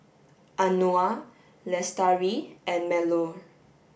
Anuar Lestari and Melur